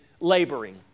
laboring